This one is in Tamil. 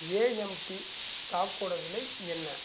ஏஎம்டி ஸ்டாக்கோடய விலை என்ன